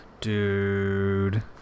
dude